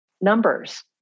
numbers